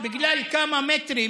בגלל כמה מטרים